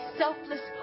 selfless